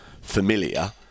familiar